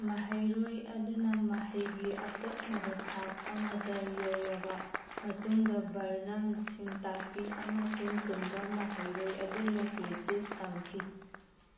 ꯃꯍꯩꯔꯣꯏ ꯑꯗꯨꯅ ꯃꯍꯩꯒꯤ ꯑꯀꯛꯅꯕ ꯊꯥꯛ ꯑꯃꯗ ꯌꯧꯔꯕ ꯃꯇꯨꯡꯗ ꯚꯔꯅꯝꯁꯤꯡ ꯇꯥꯛꯄꯤ ꯑꯃꯁꯨꯡ ꯇꯨꯡꯗ ꯃꯍꯩꯔꯣꯏ ꯑꯗꯨꯅ ꯀ꯭ꯔꯤꯇꯤꯁ ꯇꯝꯈꯤ